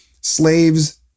slaves